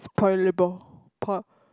it's Paya-Lebar pa